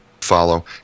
follow